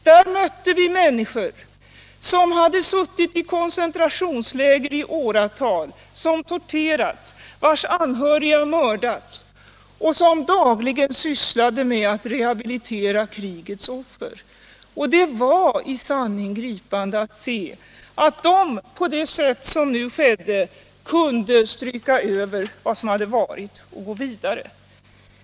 Där mötte vi människor som hade suttit i koncentrationsläger i åratal, som torterats, vars anhöriga mördats, och som dagligen sysslade med att rehabilitera krigets offer. Det var i sanning gripande att se att de på det sätt som nu skedde kunde stryka över vad som hade varit och gå vidare.